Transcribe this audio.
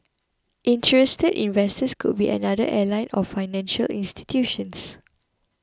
interested investors could be another airline or financial institutions